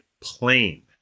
plain